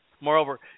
Moreover